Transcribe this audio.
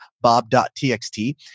bob.txt